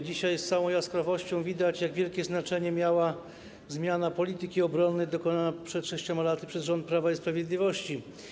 Dzisiaj z całą jaskrawością widać, jak wielkie znaczenie miała zmiana polityki obronnej dokonana przed 6. laty przez rząd Prawa i Sprawiedliwości.